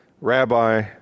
rabbi